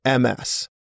MS